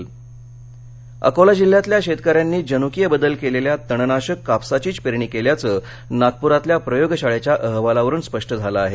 HTBT कापस अकोला अकोला जिल्ह्यातल्या शेतकऱ्यांनी जनुकीय बदल केलेल्या तणनाशक कापसाचीच पेरणी केल्याचं नागपूरातल्या प्रयोगशाळेच्या अहवालावरून स्पष्ट झालं आहे